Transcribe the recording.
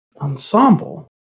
Ensemble